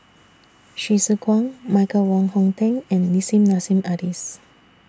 Hsu Tse Kwang Michael Wong Hong Teng and Nissim Nassim Adis